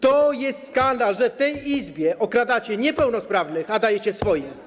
To jest skandal, że w tej Izbie okradacie niepełnosprawnych, a dajecie swoim.